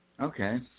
Okay